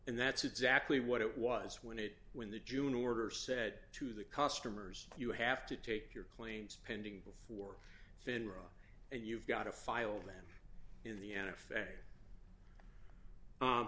and that's exactly what it was when it when the june order said to the customers you have to take your claims pending before finra and you've got to file them in the